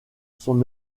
son